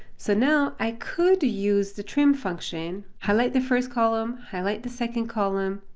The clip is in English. so now i could use the trim function, highlight the first column, highlight the second column,